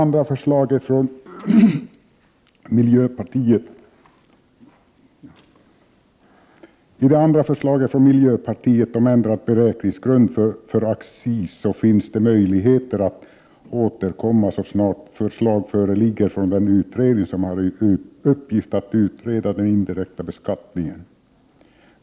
När det gäller det andra förslaget från miljöpartiet om ändrad beräkningsgrund för accis finns det möjligheter att återkomma så snart förslag föreligger från den utredning som har till uppgift att utreda den indirekta beskattningen.